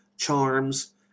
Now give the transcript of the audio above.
Charms